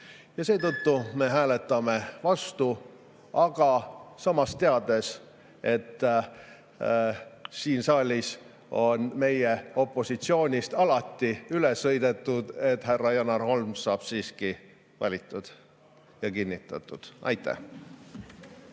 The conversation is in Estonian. Seetõttu me hääletame vastu. Aga samas teame, et kuna siin saalis on meie opositsioonist alati üle sõidetud, saab härra Janar Holm siiski valitud ja kinnitatud. Aitäh!